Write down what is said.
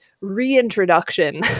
reintroduction